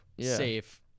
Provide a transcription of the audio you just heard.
safe